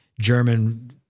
German